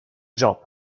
job